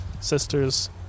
Sisters